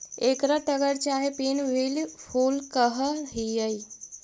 एकरा टगर चाहे पिन व्हील फूल कह हियई